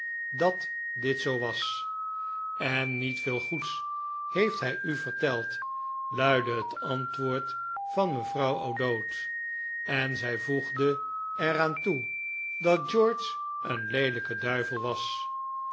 dat dit zoo was en niet veel goeds heeft hij u verteld luidde het antwoord van mevrouw o'dowd en zij voegde er aan toe dat george een leelijke duivel was